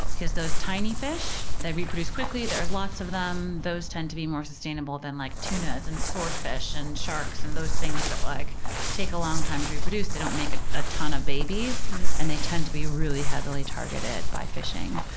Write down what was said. ah because those tiny fish that reproduce quickly, there's lots of them, those tend to be more sustainable than like tunas and swordfish and sharks and those things that like take a long time to reproduce. they don't make ah a ton of babies and they tend to be really heavily targeted by fishing.